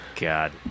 god